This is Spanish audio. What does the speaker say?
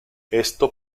esto